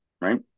right